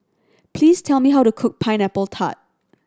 please tell me how to cook Pineapple Tart